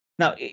Now